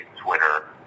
Twitter